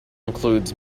includes